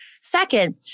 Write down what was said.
second